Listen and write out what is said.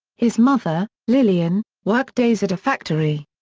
his mother, lillian, worked days at a factory.